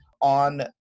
on